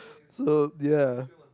so ya